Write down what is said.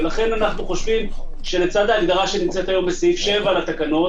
ולכן אנחנו חושבים שלצד ההגדרה שנמצאת היום בסעיף 7 לתקנות,